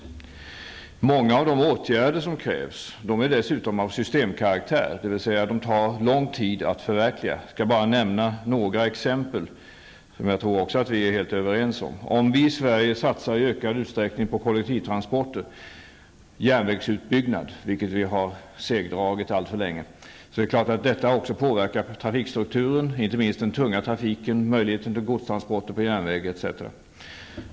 Många av de åtgärder som krävs är dessutom av systemkaraktär, dvs. de tar lång tid att förverkliga. Jag skall bara nämna några exempel som jag också tror att vi är helt överens om. Om vi i Sverige i ökad utsträckning satsar på kollektivtrafik och järnvägsutbyggnad, vilket vi har segdragit alltför länge, är det klart att detta också påverkar trafikstrukturen. Det gäller inte minst den tunga trafiken och möjligheten till godstransport på järnväg etc.